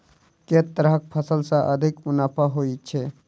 केँ तरहक फसल सऽ अधिक मुनाफा होइ छै?